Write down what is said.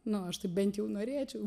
nu aš tai bent jau norėčiau